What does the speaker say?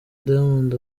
diamond